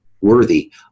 worthy